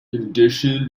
addition